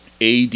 AD